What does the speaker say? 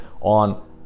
on